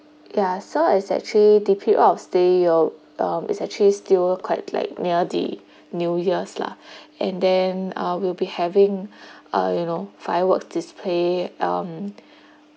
yeah so its actually repeat off still your um it's actually still quite like near the new years lah and then um we will be having uh you know fireworks display um